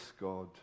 God